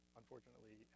unfortunately